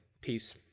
Peace